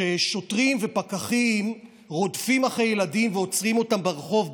שוטרים ופקחים רודפים אחרי ילדים ועוצרים אותם ברחוב,